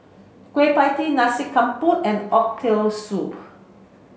Kueh Pie Tee Nasi Campur and Oxtail Soup